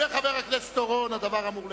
חבר הכנסת אורון, הדבר אמור לגביך.